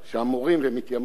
שאמורים ומתיימרים